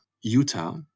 Utah